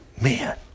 Man